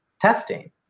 testing